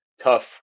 tough